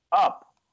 up